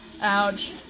Ouch